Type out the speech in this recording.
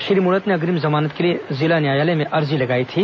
श्री मूणत ने अग्रिम जमानत के लिए जिला न्यायालय में अर्जी लगाई थी